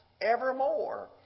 evermore